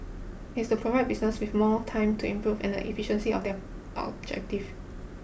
is to provide business with more time to improve and efficiency of their objective